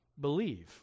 Believe